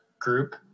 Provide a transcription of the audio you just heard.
group